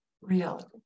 reality